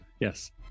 yes